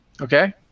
Okay